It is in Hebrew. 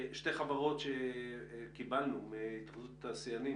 שתי חברות שקיבלנו מהתאחדות התעשיינים